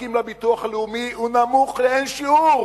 המעסיקים לביטוח הלאומי הוא נמוך לאין שיעור